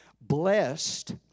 Blessed